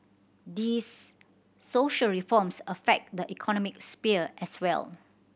this social reforms affect the economic sphere as well